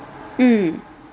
mm